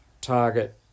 target